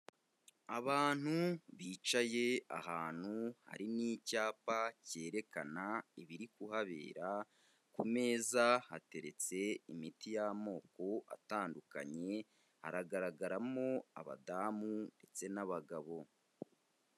Abantu bicaye ahantu, hari n'icyapa cyerekana ibiri kuhabera, ku meza hateretse imiti y'amoko atandukanye, haragaragaramo abadamu ndetse n'abagabo.